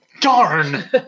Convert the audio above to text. Darn